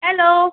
hello